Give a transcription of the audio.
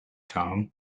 tom